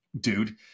dude